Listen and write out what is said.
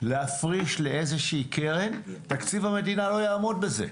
להפריש לאיזושהי קרן, תקציב המדינה לא יעמוד בזה.